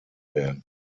werden